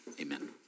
Amen